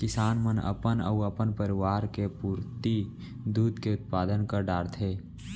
किसान मन अपन अउ अपन परवार के पुरती दूद के उत्पादन कर डारथें